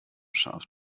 scharf